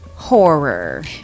horror